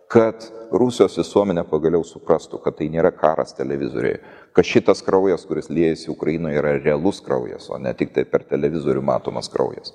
kad rusijos visuomenė pagaliau suprastų kad tai nėra karas televizoriuje kad šitas kraujas kuris liejasi ukrainoje yra realus kraujas o ne tiktai per televizorių matomas kraujas